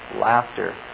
laughter